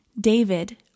David